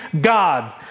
God